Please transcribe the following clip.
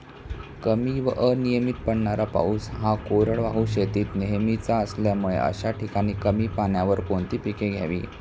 कमी व अनियमित पडणारा पाऊस हा कोरडवाहू शेतीत नेहमीचा असल्यामुळे अशा ठिकाणी कमी पाण्यावर कोणती पिके घ्यावी?